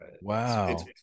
Wow